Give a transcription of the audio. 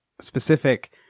specific